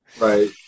right